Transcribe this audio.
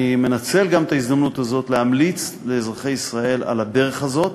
אני מנצל את ההזדמנות הזאת להמליץ לאזרחי ישראל על הדרך הזאת,